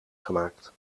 gemaakt